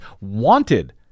wanted